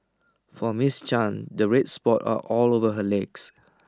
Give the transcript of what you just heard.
for miss chan the red spots are all over her legs